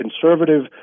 conservative